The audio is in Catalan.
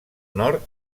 nord